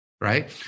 right